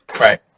right